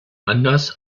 anders